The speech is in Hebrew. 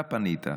אתה פנית.